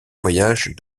voyage